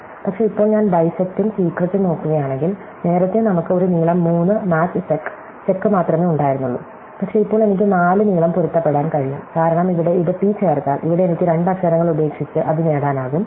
പക്ഷേ ഇപ്പോൾ ഞാൻ ബൈസെക്ടും സീക്രെട്ടും നോക്കുകയാണെങ്കിൽ നേരത്തെ നമുക്ക് ഒരു നീളം 3 മാച്ച് സെക്ക് സെക്ക് മാത്രമേ ഉണ്ടായിരുന്നുള്ളൂ പക്ഷേ ഇപ്പോൾ എനിക്ക് 4 നീളം പൊരുത്തപ്പെടുത്താൻ കഴിയും കാരണം ഇവിടെ ഇത് ടി ചേർത്താൽ ഇവിടെ എനിക്ക് രണ്ട് അക്ഷരങ്ങൾ ഉപേക്ഷിച്ച് അത് നേടാനാകും ടി